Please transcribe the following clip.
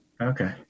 Okay